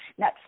Netflix